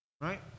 right